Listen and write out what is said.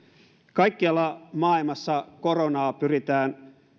kaikkialla maailmassa koronaa pyritään